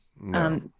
No